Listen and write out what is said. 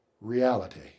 reality